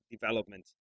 development